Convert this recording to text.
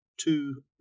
Two